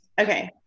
Okay